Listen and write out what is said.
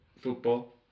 football